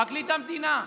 פרקליט המדינה.